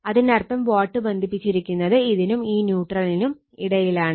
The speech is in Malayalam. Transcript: അതിനർത്ഥം വാട്ട് ബന്ധിപ്പിച്ചിരിക്കുന്നത് ഇതിനും ഈ ന്യൂട്രലിനും ഇടയിലാണ്